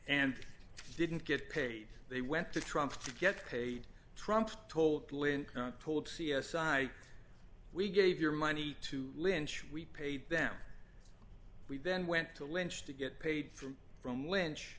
and didn't get paid they went to trump to get paid trump told lynn kahn told c s i we gave your money to lynch we paid them we then went to lynch to get paid for from lynch